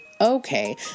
okay